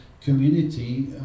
community